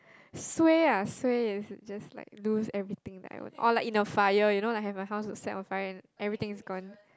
suay ah suay just like loose everything that I own or like in a fire you know like have my house set on fire and everything is gone